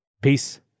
Peace